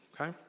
Okay